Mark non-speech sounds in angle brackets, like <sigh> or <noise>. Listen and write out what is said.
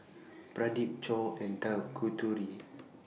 <noise> Pradip Choor and Tanguturi